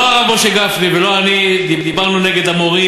לא הרב משה גפני ולא אני דיברנו נגד המורים,